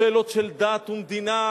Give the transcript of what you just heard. בשאלות של דת ומדינה,